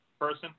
person